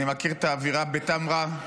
אני מכיר את האווירה בטמרה,